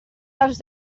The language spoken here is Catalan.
dels